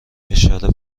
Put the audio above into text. اشاره